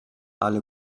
alle